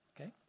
Okay